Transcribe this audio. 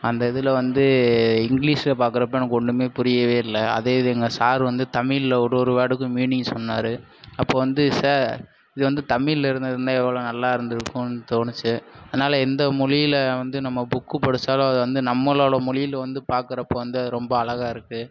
அந்த இதில் வந்து இங்கிலீஷில் பாக்கிறப்ப எனக்கு ஒன்றுமே புரியவே இல்லை அதே இது எங்கள் சார் வந்து தமிழில் ஒரு ஒரு வேர்டுக்கும் மீனிங் சொன்னார் அப்போது வந்து சார் இது வந்து தமிழில் இருந்திருந்தா எவ்வளோ நல்லா இருந்திருக்கும்னு தோணுச்சு அதனால எந்த மொழியில் வந்து நம்ம புக்கு படித்தாலும் அது வந்து நம்மளோட மொழியில் வந்து பாக்கிறப்போ வந்து அது ரொம்ப அழகாக இருக்கு